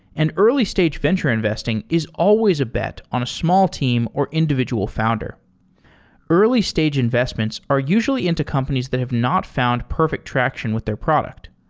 an early-stage venture investing is always a bet on a small team or individual founder early-stage investments are usually into companies that have not found perfect traction with their product.